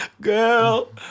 girl